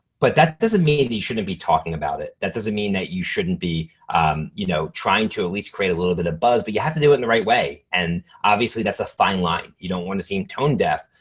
but that doesn't mean that you shouldn't be talking about it. that doesn't mean that you shouldn't be you know trying to at least create a little bit of buzz, but you have to do it in the right way. and obviously, that's a fine line. you don't wanna seem tone-deaf.